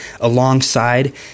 alongside